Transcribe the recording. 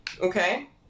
Okay